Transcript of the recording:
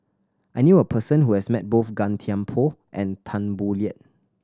I knew a person who has met both Gan Thiam Poh and Tan Boo Liat